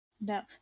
No